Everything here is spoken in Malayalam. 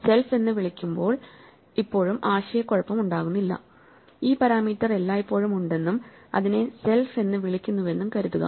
എന്നാൽ സെൽഫ് എന്ന് വിളിക്കുമ്പോൾ ഇപ്പോഴും ആശയക്കുഴപ്പമുണ്ടാകുന്നില്ല ഈ പാരാമീറ്റർ എല്ലായ്പ്പോഴും ഉണ്ടെന്നും അതിനെ സെൽഫ് എന്ന് വിളിക്കുന്നുവെന്നും കരുതുക